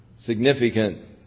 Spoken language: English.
Significant